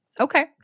Okay